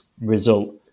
result